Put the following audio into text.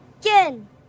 again